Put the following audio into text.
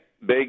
Big